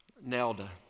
Nelda